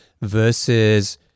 versus